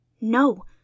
No